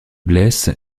blesse